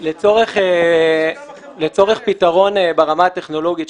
לצורך פתרון ברמה הטכנולוגית,